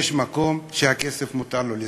יש מקום שהכסף מותר לו לזרום.